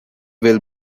will